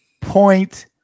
point